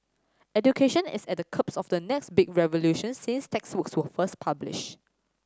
education is at the cups of the next big revolution since textbooks were first published